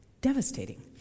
Devastating